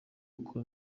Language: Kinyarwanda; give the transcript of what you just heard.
uko